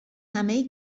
همه